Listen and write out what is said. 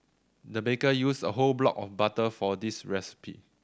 the baker used a whole block of butter for this recipe